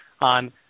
on